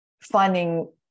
finding